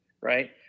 right